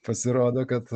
pasirodo kad